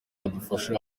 badufasha